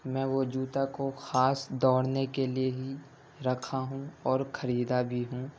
میں وہ جوتا کو خاص دوڑنے کے لیے ہی رکھا ہوں اور خریدا بھی ہوں